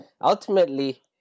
Ultimately